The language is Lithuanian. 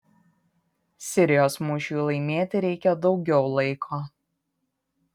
sirijos mūšiui laimėti reikia daugiau laiko